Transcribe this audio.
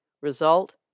Result